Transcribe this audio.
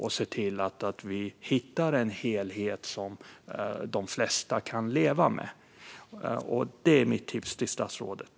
Vi ser till att hitta en helhet som de flesta kan leva med. Det är mitt tips till statsrådet.